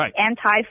anti